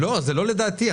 זה לא לדעתי.